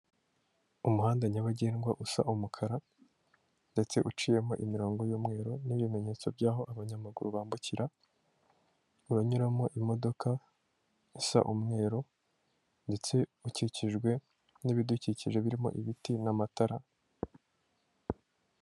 Umuhanda nyabagendwa usa umukara ndetse uciyemo imirongo y'umweru, n'ibimenyetso by by'aho abanyamaguru bambukira, uranyuramo imodoka isa umweru, ndetse ukikijwe n'ibidukikije birimo ibiti n'amatara.